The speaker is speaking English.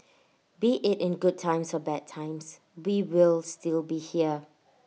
be IT in good times or bad times we will still be here